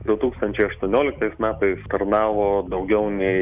du tūkstančiai aštuonioliktais metais tarnavo daugiau nei